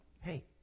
Hey